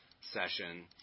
session